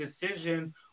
decision